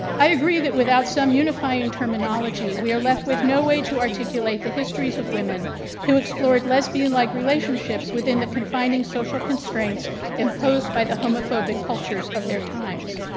i agree that without some unifying terminology we are left with no way to articulate the histories of women who explored lesbian like relationships within the confining social constraints imposed by the homophobic cultures of their times.